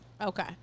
Okay